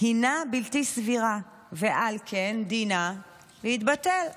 הינה בלתי סבירה ועל כן דינה להתבטל.